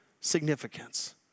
significance